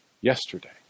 yesterday